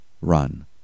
Run